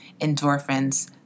endorphins